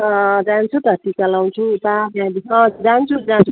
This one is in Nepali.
जान्छु त टिका लाउँछु उता त्यहाँदेखि अँ जान्छु जान्छु